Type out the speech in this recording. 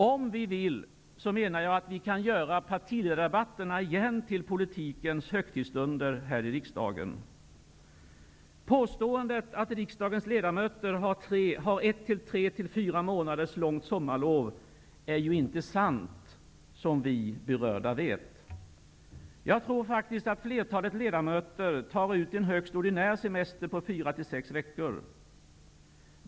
Om vi vill kan vi igen göra partiledardebatterna till politikens högstidsstunder här i riksdagen. Påståendet att riksdagens ledamöter har ett tre till fyra månaders långt sommarlov är ju inte sant, som vi berörda vet. Jag tror att flertalet ledamöter tar ut en högst ordinär semester på fyra till sex veckor.